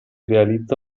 realizza